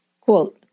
Quote